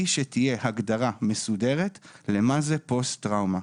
שתהיה הגדרה מסודרת למה זה פוסט-טראומה?